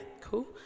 cool